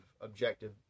objective